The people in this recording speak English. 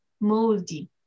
moldy